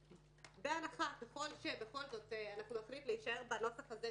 בהנחה שאנחנו נחליט להישאר בנוסח הזה,